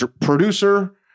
producer